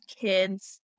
kids